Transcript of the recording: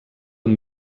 amb